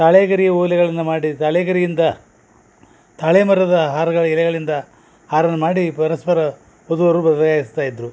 ತಾಳೆಗರಿ ಓಲೆಗಳ್ನ ಮಾಡಿ ತಾಳೆಗರಿಯಿಂದ ತಾಳೆ ಮರದ ಹಾರಗಳ ಎಲೆಗಳಿಂದ ಹಾರನ ಮಾಡಿ ಪರಸ್ಪರ ವಧುವರರು ಬದಲಾಯಿಸ್ತಾ ಇದ್ದರು